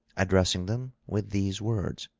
addressing them with these words